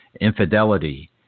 infidelity